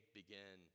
begin